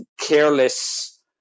careless